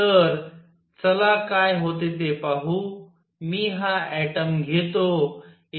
तर चला काय होते ते पाहू मी हा ऍटम घेतो